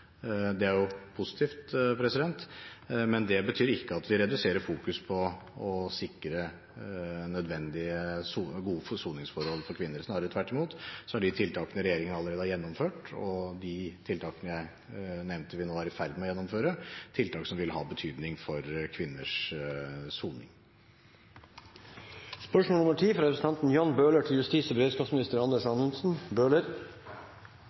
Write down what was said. Det er positivt, men det betyr ikke at vi reduserer fokus på å sikre gode soningsforhold for kvinner. Snarere tvert imot er de tiltakene regjeringen allerede har gjennomført, og de tiltakene jeg nevnte vi nå er i ferd med å gjennomføre, tiltak som vil ha betydning for kvinners soning. Jeg tillater meg å stille følgende spørsmål til justis- og